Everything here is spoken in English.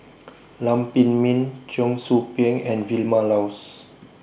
Lam Pin Min Cheong Soo Pieng and Vilma Laus